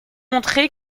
montré